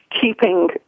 keeping